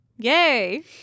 Yay